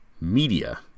media